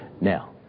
Now